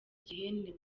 gihe